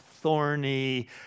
thorny